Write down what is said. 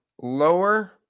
Lower